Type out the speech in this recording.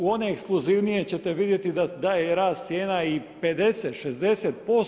U one ekskluzivnije ćete vidjeti da je i rast cijena i 50, 60%